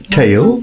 tail